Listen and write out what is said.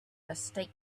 mistake